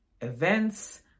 events